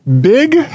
Big